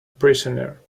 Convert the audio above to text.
prisoner